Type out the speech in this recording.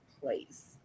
place